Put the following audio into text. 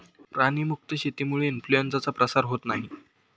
प्राणी मुक्त शेतीमुळे इन्फ्लूएन्झाचा प्रसार होत नाही